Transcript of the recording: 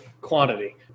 quantity